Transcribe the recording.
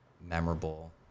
memorable